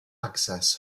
access